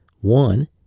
one